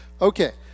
Okay